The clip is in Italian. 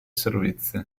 servizi